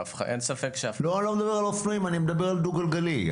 גם דו גלגלי.